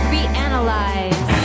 Reanalyze